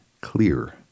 clear